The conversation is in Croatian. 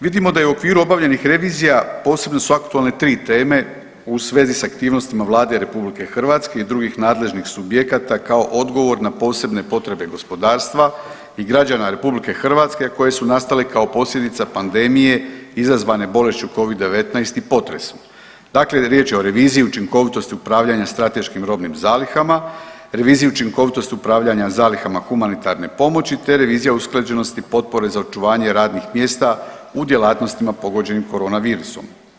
Vidimo da je u okviru obavljenih revizija posebno su aktualne 3 teme u svezi s aktivnostima Vlade RH i drugih nadležnih subjekata kao odgovor na posebne potrebe gospodarstva i građana RH koje su nastale kao posljedica pandemije izazvane bolešću covid-19 i potresom, dakle riječ je o reviziji učinkovitosti upravljanja strateškim robnim zalihama, reviziji učinkovitosti upravljanja zalihama humanitarne pomoći, te revizija usklađenosti potpore za očuvanje radnih mjesta u djelatnostima pogođenim koronavirusom.